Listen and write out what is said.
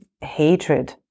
hatred